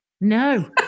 No